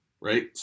right